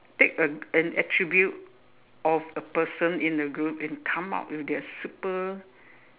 take a an attribute of a person in the group and come out with their super